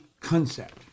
concept